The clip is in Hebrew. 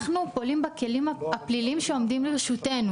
אנחנו פועלים בכלים הפליליים שעומדים לרשותנו.